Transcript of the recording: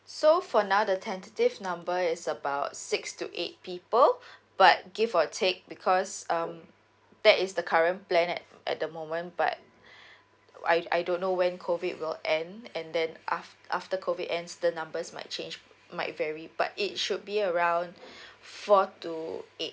so for now the tentative number is about six to eight people but give or take because um that is the current plan at at the moment but I I don't know when COVID will end and then af~ after COVID ends the numbers might change might vary but it should be around four to eight